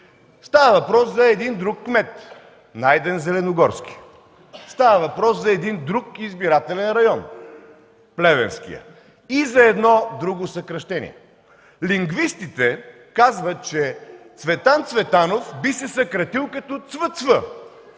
Става въпрос за един друг кмет – Найден Зеленогорски. Става въпрос за един друг избирателен район – Плевенския, и за едно друго съкращение. Лингвистите казват, че Цветан Цветанов би се съкратил като Цв.Цв.,